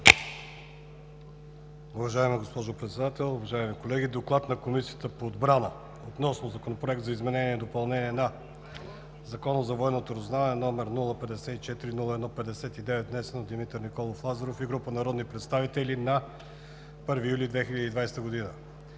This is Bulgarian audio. Уважаема госпожо Председател, уважаеми колеги! „ДОКЛАД на Комисията по отбрана относно Законопроект за изменение и допълнение на Закона за военното разузнаване № 054-01-59, внесен от Димитър Николов Лазаров и група народни представители на 1 юли 2020 г.